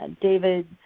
David